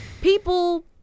people